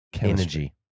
energy